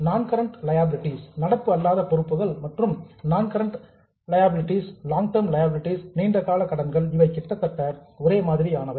நான் current liabilities நடப்பு அல்லாத பொறுப்புகள் மற்றும் லாங் டெர்ம் லியாபிலிடீஸ் நீண்ட கால கடன்கள் இவை கிட்டத்தட்ட ஒரே மாதிரியானவை